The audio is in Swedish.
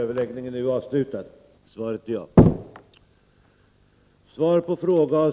Herr talman!